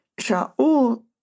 Sha'ul